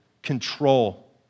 control